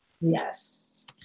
Yes